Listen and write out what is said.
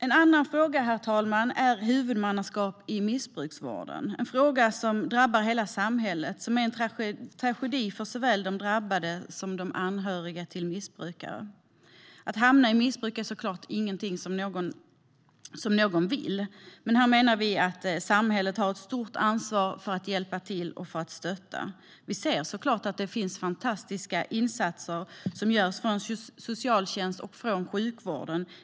En annan fråga gäller huvudmannaskap i missbruksvården. Missbruk drabbar hela samhället och är en tragedi för såväl de drabbade som de anhöriga till missbrukare. Att hamna i missbruk vill såklart ingen, och här har samhället ett stort ansvar att hjälpa och stötta. Det görs fantastiska insatser från socialtjänst och sjukvård.